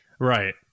Right